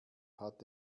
hat